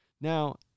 now